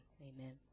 amen